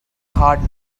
hard